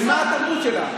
ממה התרבות שלך?